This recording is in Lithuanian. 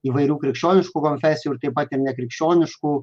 įvairių krikščioniškų konfesijų ir taip pat ir nekrikščioniškų